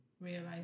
realize